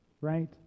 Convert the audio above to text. right